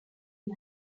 est